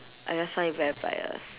I just find it very bias